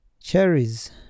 Cherries